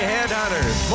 Headhunters